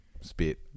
spit